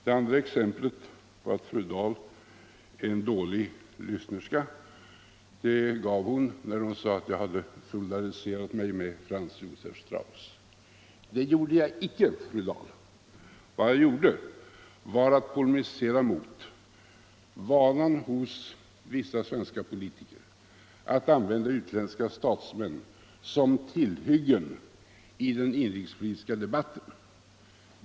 Det andra exemplet på att fru Dahl är en dålig lyssnerska gav hon när hon sade att jag hade solidariserat mig med Franz Josef Strauss. Det gjorde jag icke, fru Dahl. Vad jag gjorde var att polemisera mot vanan hos vissa svenska politiker att använda utländska statsmän som Allmänpolitisk debatt Allmänpolitisk debatt tillhyggen i den inrikespolitiska debatten.